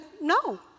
no